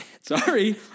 sorry